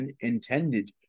intended